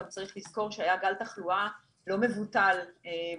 צריך גם לזכור שהיה גל תחלואה לא מבוטל באומיקרון,